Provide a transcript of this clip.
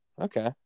Okay